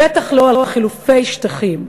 בטח לא על חילופי שטחים.